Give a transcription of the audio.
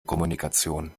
kommunikation